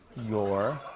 your.